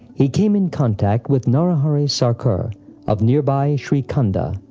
he came in contact with narahari sarkar of nearby shrikhanda,